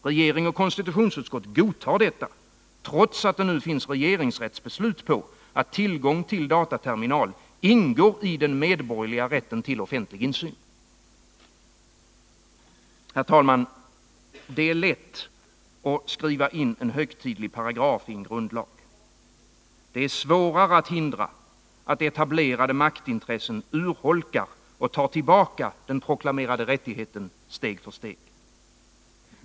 Regering och konstitutionsutskott godtar detta, trots att det nu finns ett regeringsrättsbeslut på att tillgång till dataterminal ingår i den medborgerliga rätten till offentlig insyn. Herr talman! Det är lätt att skriva en högtidlig paragraf i en grundlag. Det är svårare att hindra att etablerade maktintressen urholkar och tar tillbaka den proklamerade rättigheten steg för steg.